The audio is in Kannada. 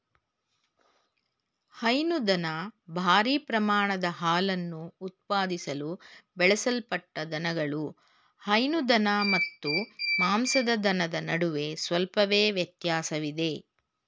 ಹೈನುದನ ಭಾರೀ ಪ್ರಮಾಣದ ಹಾಲನ್ನು ಉತ್ಪಾದಿಸಲು ಬೆಳೆಸಲ್ಪಟ್ಟ ದನಗಳು ಹೈನು ದನ ಮತ್ತು ಮಾಂಸದ ದನದ ನಡುವೆ ಸ್ವಲ್ಪವೇ ವ್ಯತ್ಯಾಸವಿದೆ